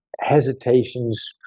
hesitations